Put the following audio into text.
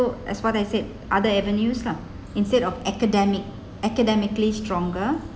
as what I said other avenues lah instead of academic academically stronger